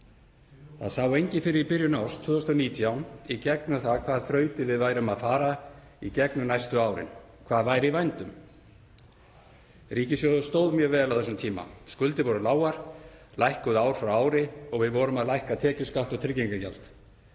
2019 sá enginn fyrir í gegnum hvaða þrautir við værum að fara næstu árin, hvað væri í vændum. Ríkissjóður stóð mjög vel á þessum tíma. Skuldir voru lágar, lækkuðu ár frá ári, og við vorum að lækka tekjuskatt og tryggingagjald.